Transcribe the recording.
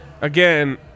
Again